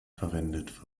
verwendet